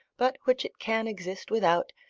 but which it can exist without,